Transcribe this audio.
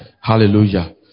Hallelujah